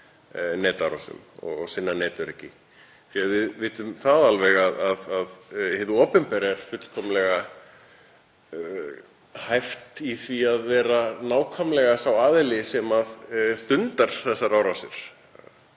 netárásum og sinna netöryggi því við vitum alveg að hið opinbera er fullkomlega hæft í því að vera nákvæmlega sá aðili sem stundar þessar árásir.